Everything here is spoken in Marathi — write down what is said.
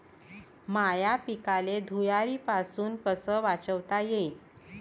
माह्या पिकाले धुयारीपासुन कस वाचवता येईन?